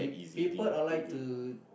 people uh like to